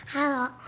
Hello